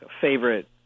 favorite